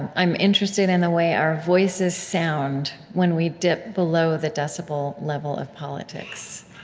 i'm interested in the way our voices sound when we dip below the decibel level of politics.